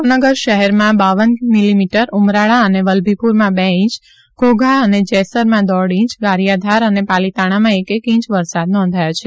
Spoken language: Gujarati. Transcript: ભાવનગર શહેરમાં બાવન મીલીમીટર ઉમરાળા અને વલ્લભીપુરમાં બે ઇંચ ઘોઘા અને જેસરમાં દોઢ ઇંચ ગારીયાધાર અને પાલિતાણામાં એક એક ઇંચ વરસાદ નોંધાયો છે